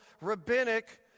rabbinic